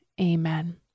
Amen